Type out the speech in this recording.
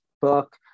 book